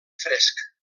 fresc